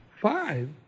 Five